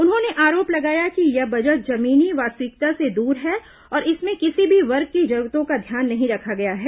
उन्होंने आरोप लगाया कि यह बजट जमीनी वास्तविकता से दूर है और इसमें किसी भी वर्ग की जरूरतों का ध्यान नहीं रखा गया है